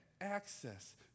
access